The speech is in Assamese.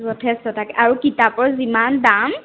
যথেষ্ট তাকে আৰু কিতাপৰ যিমান দাম